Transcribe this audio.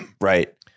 Right